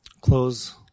Close